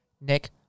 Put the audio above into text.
Nick